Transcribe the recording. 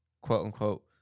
quote-unquote